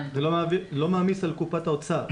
ולא מעמיס על קופת האוצר.